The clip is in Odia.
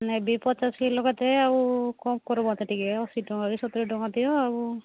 ନେବି ପଚାଶ କିଲୋ କେତେ ଆଉ କ'ଣ କରିବା ତ ଟିକେ ଅଶୀ ଟଙ୍କା କି ସତୁରୀ ଟଙ୍କା ଦିଅ ଆଉ